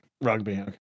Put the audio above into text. rugby